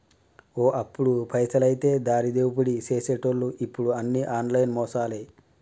ఓ అప్పుడు పైసలైతే దారిదోపిడీ సేసెటోళ్లు ఇప్పుడు అన్ని ఆన్లైన్ మోసాలే